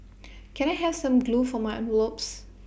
can I have some glue for my envelopes